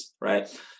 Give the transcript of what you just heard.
right